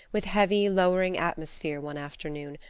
with heavy, lowering atmosphere, one afternoon,